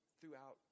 throughout